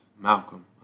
Malcolm